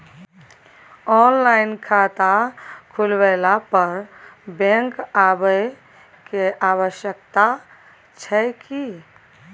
Online खाता खुलवैला पर बैंक आबै के आवश्यकता छै की?